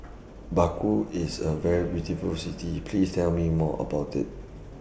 Baku IS A very beautiful City Please Tell Me More about IT